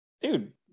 dude